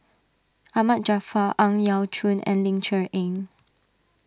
Ahmad Jaafar Ang Yau Choon and Ling Cher Eng